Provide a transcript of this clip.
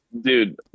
Dude